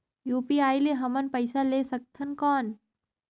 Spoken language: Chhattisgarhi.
यू.पी.आई ले हमन पइसा ले सकथन कौन?